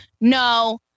no